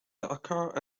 occur